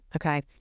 okay